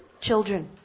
children